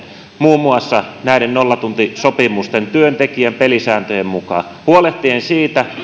muun muassa näiden nollatuntisopimusten työntekijän pelisääntöjen kanssa huolehtien siitä